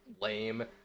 lame